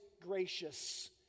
gracious